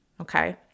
Okay